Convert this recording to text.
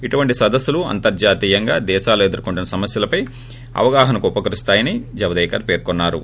ఇటివంటి సదస్సులు అంతర్జాతీయంగా దేశాలు ఎదుర్కోంటున్న సమస్యలపై అవగాహనకు ఉపకరిస్తాయని జవదేకర్ పేర్కొన్నా రు